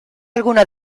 alguna